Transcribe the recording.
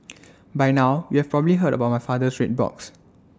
by now you have probably heard about my father's red box